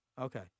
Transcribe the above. Okay